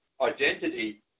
identity